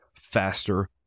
faster